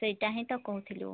ସେଇଟା ହିଁ ତ କହୁଥିଲୁ